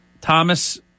Thomas